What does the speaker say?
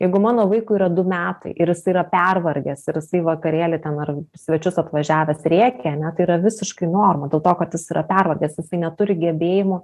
jeigu mano vaikui yra du metai ir jis yra pervargęs ir į vakarėlį ten ar į svečius atvažiavęs rėkia ane tai yra visiškai norma dėl to kad jis yra pervargęs jisai neturi gebėjimų